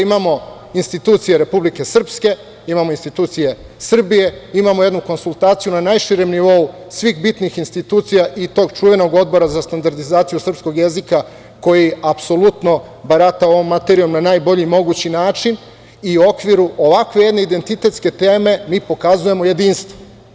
Imamo institucije Republike Srpske, imamo institucije Srbije, imamo jednu konsultaciju na najširem nivou svih bitnih institucija i tog čuvenog Odbora za standardizaciju srpskog jezika koji apsolutno barata ovom materijom na najbolji mogući način i u okviru ovakve jedne identitetske teme mi pokazujemo jedinstvo.